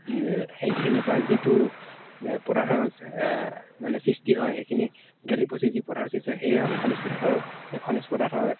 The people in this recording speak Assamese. সেইখিনিৰ পৰা যিটো পদাৰ্থ মানে সৃষ্টি হয় সেইখিনি গেলি পচি যি পদাৰ্থ সৃষ্টি হয় সেয়ে হ'ল খনিজ পদাৰ্থ আৰু সেই খনিজ পদাৰ্থ